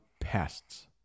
pests